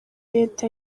leta